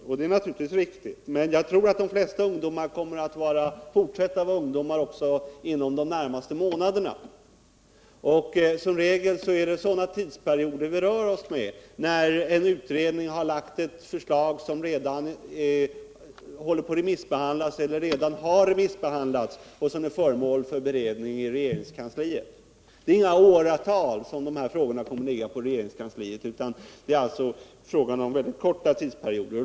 Nej, det är naturligtvis riktigt, men jag tror att de flesta av ungdomarna kommer att fortsätta att vara ungdomar åtminstone inom de närmaste månaderna. Som regel är det sådana tidsperioder vi rör oss med när en utredning har lagt fram ett förslag som håller på att remissbehandlas eller som redan har remissbehandlats och är föremål för beredning i regeringskansliet. Det är inte under några åratal som de här frågorna kommer att ligga i regeringskansliet, utan det är fråga om korta perioder.